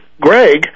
greg